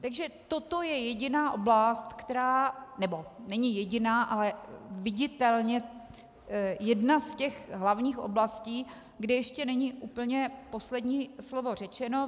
Takže toto je jediná oblast, nebo není jediná, ale viditelně jedna z těch hlavních oblastí, kdy ještě není úplně poslední slovo řečeno.